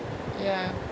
ya